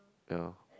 you know